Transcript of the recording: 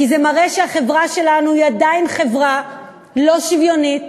כי זה מראה שהחברה שלנו היא עדיין חברה לא שוויונית.